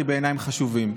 כי בעיניי הם חשובים.